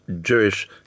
Jewish